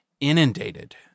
inundated